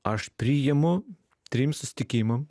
aš priimu trim susitikimam